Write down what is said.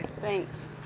Thanks